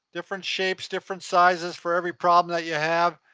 different shapes, different sizes for every problem that you have.